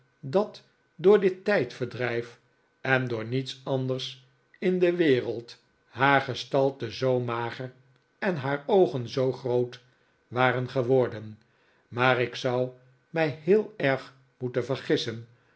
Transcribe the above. dat door dit tijdverdrijf en door niets anders in de wereld haar gestalte zoo mager en haar oogen zoo groot waren geworden maar ik zou mij heel erg moeten vergissen